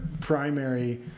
primary